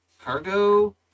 cargo